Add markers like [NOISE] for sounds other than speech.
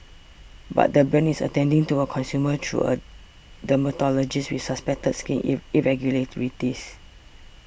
but the brand is attending to a consumer through a dermatologist with suspected skin [UNINTELLIGIBLE] irregularities